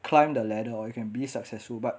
climb the ladder or you can be successful but